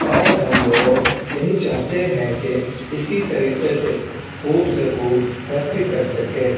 اور ہم لوگ یہی چاہتے ہیں کہ اسی طریقے سے خوب سے خوب ترقی کر سکیں